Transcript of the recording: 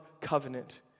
covenant